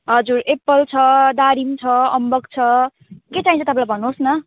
हजुर एप्पल छ दारिम छ अम्बक छ के चाहिन्छ तपाईँलाई भन्नुहोस् न